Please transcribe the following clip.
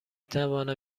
توانم